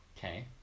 Okay